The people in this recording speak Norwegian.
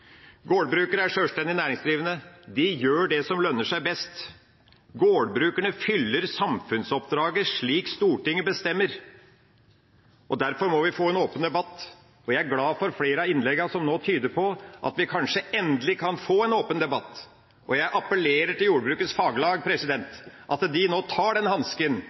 Gårdbrukere er sjølstendig næringsdrivende. De gjør det som lønner seg best. Gårdbrukerne fyller samfunnsoppdraget slik Stortinget bestemmer. Derfor må vi få en åpen debatt. Jeg er glad for flere av innleggene, som nå tyder på at vi kanskje endelig kan få en åpen debatt. Jeg appellerer til at jordbrukets faglag nå tar hansken og tar den